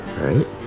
right